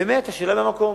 באמת השאלה במקום.